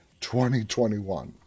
2021